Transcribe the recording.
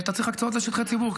אתה צריך הקצאות לשטחי ציבור,